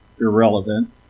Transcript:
irrelevant